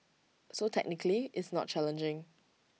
so technically it's not challenging